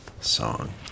Song